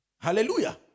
Hallelujah